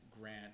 grant